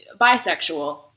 bisexual